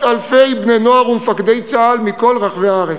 אלפי בני-נוער ומפקדי צה"ל מכל רחבי הארץ,